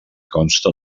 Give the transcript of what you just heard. consta